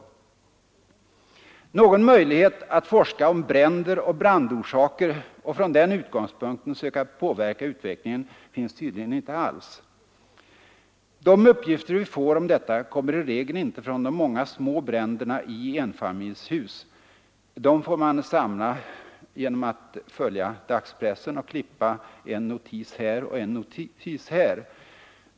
Någon möjlighet att forska om bränder och brandorsaker och från den utgångspunkten söka påverka utvecklingen finns tydligen inte alls. De uppgifter vi får om detta kommer i regel inte från de många små bränderna i enfamiljshus — dem får man samla genom att följa dagspressen och klippa en notis här och en där.